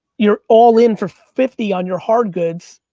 you're all in for fifty on your hard goods,